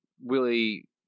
Willie